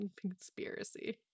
conspiracy